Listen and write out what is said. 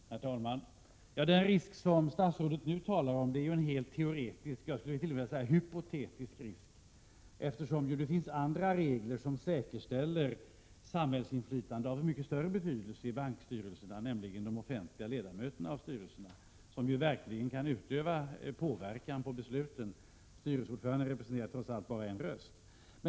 Herr talman! Den risk som statsrådet nu talar om är en helt teoretisk — jag skulle t.o.m. vilja säga hypotetisk — risk. Det finns ju andra regler som säkerställer samhällsinflytande av mycket större betydelse i bankstyrelserna. Det handlar om de offentliga ledamöterna i styrelsen, som verkligen kan utöva påverkan på besluten. Styrelseordföranden representerar trots allt bara en röst.